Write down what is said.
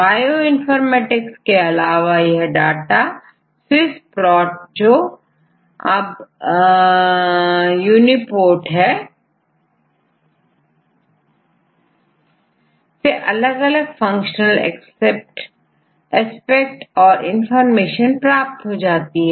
bioinformatics के अलावा यह डाटाSWISS PROTजो आजUniPROTहै से अलग अलग फंक्शनल एस्पेक्ट और इंफॉर्मेशन प्राप्त हो जाती है